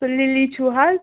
سُہ لیلی چھُوٕ حظ